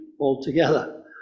altogether